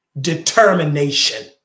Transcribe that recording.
Determination